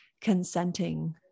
consenting